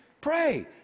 pray